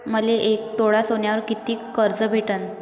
मले एक तोळा सोन्यावर कितीक कर्ज भेटन?